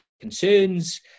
concerns